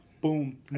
Boom